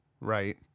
Right